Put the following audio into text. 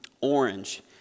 Orange